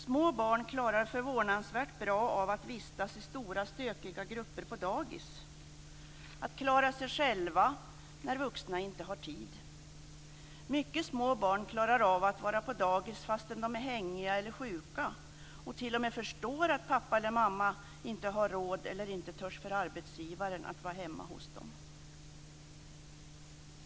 Små barn klarar förvånansvärt bra av att vistas i stora stökiga grupper på dagis, att klara sig själva när vuxna inte har tid. Mycket små barn klarar av att vara på dagis fastän de är hängiga eller sjuka och t.o.m. förstår att pappa eller mamma inte har råd eller inte törs för arbetsgivaren att vara hemma hos dem.